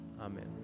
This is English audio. Amen